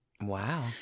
Wow